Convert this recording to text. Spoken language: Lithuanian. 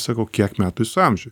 sakau kiek metų jūsų amžiui